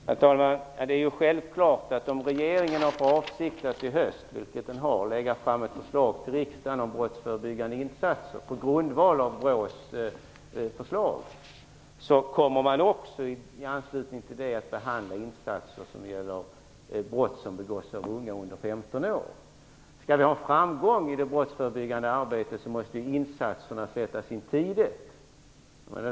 Herr talman! Det är självklart att om regeringen har för avsikt att i höst - vilket den har - lägga fram ett förslag till riksdagen om brottsförebyggande insatser på grundval av BRÅ:s förslag, kommer man också i anslutning till det att behandla insatser när det gäller brott som begås av unga under 15 år. Skall vi ha framgång i det brottsförebyggande arbetet måste insatserna sättas in tidigt.